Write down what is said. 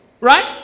Right